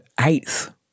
eighth